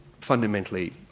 fundamentally